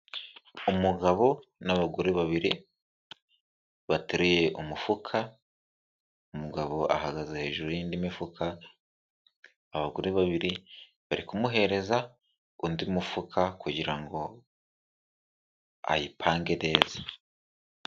Umugabo n'abagore babiri, bateruye umufuka, umugabo ahagaze hejuru y'indi mifuka, abagore babiri bari kumuhereza undi mufuka kugira ngo ayipange neza.